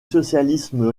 socialisme